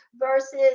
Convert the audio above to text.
versus